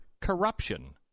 corruption